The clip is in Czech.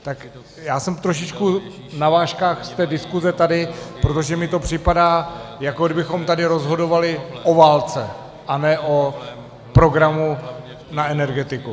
Tak já jsem trošičku na vážkách z té diskuse tady, protože mi to připadá, jako kdybychom tady rozhodovali o válce a ne o programu na energetiku.